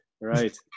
right